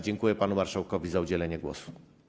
Dziękuję panu marszałkowi za udzielenie głosu.